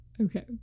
Okay